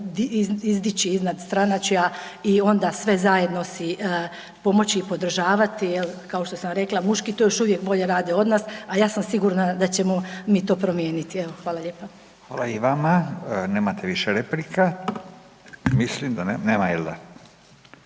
izdići iznad stranačja i onda sve zajedno si pomoći podržavati, jel kao što sam rekla muški to još uvijek bolje rade od nas, a ja sam sigurna da ćemo mi to promijeniti. Hvala lijepa. **Radin, Furio (Nezavisni)** Hvala i vama. Nemate